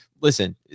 listen